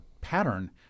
pattern